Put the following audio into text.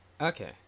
Okay